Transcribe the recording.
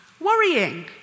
worrying